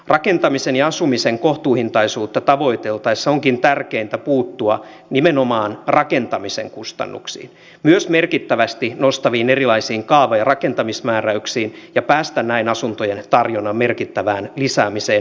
rakentamisen ja asumisen kohtuuhintaisuutta tavoiteltaessa onkin tärkeintä puuttua nimenomaan rakentamisen kustannuksiin myös merkittävästi kustannuksia nostaviin erilaisiin kaava ja rakentamismääräyksiin ja päästä näin asuntojen tarjonnan merkittävään lisäämiseen